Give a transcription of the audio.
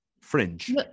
fringe